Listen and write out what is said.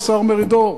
השר מרידור.